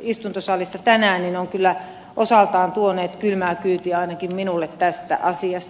istuntosalissa tänään on kyllä osaltaan tuonut kylmää kyytiä ainakin minulle tästä asiasta